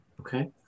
okay